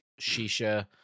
shisha